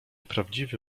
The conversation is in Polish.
prawdziwy